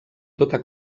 tota